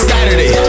Saturday